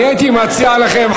אני הייתי מציע לכם,